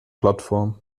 plattform